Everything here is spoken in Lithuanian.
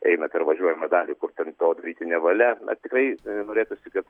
eina per važiuojamą dalį kur ten to daryti nevalia na tikrai norėtųsi kad